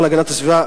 השר להגנת הסביבה,